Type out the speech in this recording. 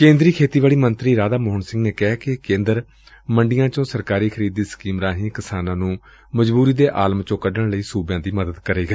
ਕੇਂਦਰੀ ਖੇਤੀਬਾੜੀ ਮੰਤਰੀ ਰਾਧਾ ਮੋਹਨ ਸਿੰਘ ਨੇ ਕਿਹੈ ਕਿ ਕੇਂਦਰ ਮੰਡੀਆਂ ਚੋਂ ਸਰਕਾਰੀ ਖਰੀਦ ਦੀ ਸਕੀਮ ਰਾਹੀਂ ਕਿਸਾਨਾਂ ਨੂੰ ਮਜ਼ਬੁਰੀ ਦੇ ਆਲਮ ਚੋ ਕੱਢਣ ਲਈ ਸੁਬਿਆਂ ਦੀ ਮਦਦ ਕਰੇਗਾ